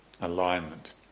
Alignment